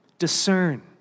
Discern